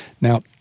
Now